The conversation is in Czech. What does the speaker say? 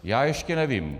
Já ještě nevím.